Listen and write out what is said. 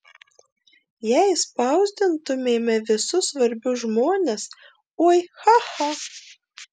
jei spausdintumėme visus svarbius žmones oi cha cha